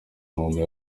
ngoma